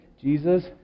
Jesus